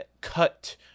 cut